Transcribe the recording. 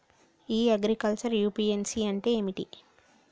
ఇ agriculture UPSC అంటే ఏమిటి?